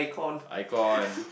icon